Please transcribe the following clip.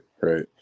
right